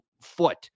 foot